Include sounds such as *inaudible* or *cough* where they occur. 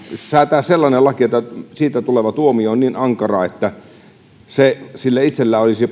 säätää sellainen laki että siitä tuleva tuomio on niin ankara että sillä itsellään olisi *unintelligible*